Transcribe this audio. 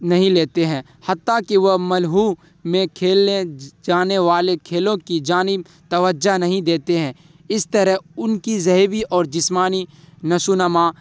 نہیں لیتے ہیں حتیٰ کہ وہ میں کھیلنے جانے والے کھیلوں کی جانب توجہ نہیں دیتے ہیں اس طرح ان کی ذہنی اور جسمانی نشو و نما